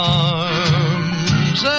arms